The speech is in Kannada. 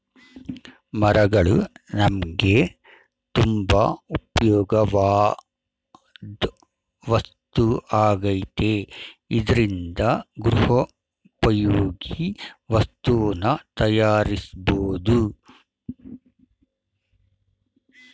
ಮರಗಳು ನಮ್ಗೆ ತುಂಬಾ ಉಪ್ಯೋಗವಾಧ್ ವಸ್ತು ಆಗೈತೆ ಇದ್ರಿಂದ ಗೃಹೋಪಯೋಗಿ ವಸ್ತುನ ತಯಾರ್ಸ್ಬೋದು